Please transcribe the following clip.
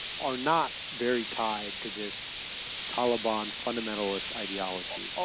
or not very tied to this kaela bond fundamentalist ideology